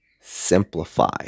simplify